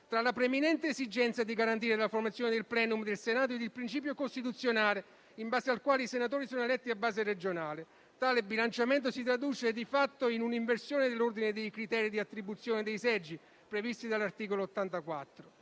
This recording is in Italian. tra la preminente esigenza di garantire la formazione del *plenum* del Senato e il principio costituzionale in base al quale i senatori sono eletti a base regionale. Tale bilanciamento si traduce di fatto in un'inversione dell'ordine dei criteri di attribuzione dei seggi previsti dall'articolo 84,